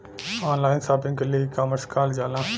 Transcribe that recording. online shopping के ecommerce कहल जाला